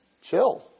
Chill